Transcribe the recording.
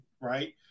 right